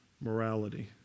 morality